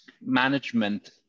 management